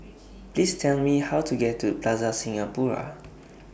Please Tell Me How to get to Plaza Singapura